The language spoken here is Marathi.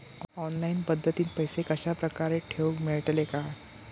ऑनलाइन पद्धतीन पैसे कश्या प्रकारे ठेऊक मेळतले काय?